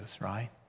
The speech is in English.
right